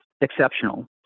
exceptional